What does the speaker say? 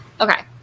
okay